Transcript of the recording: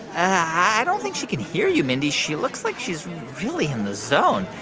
i don't think she can hear you, mindy. she looks like she's really in the zone.